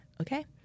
Okay